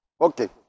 Okay